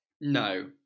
No